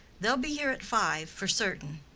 they'll be here at five, for certain.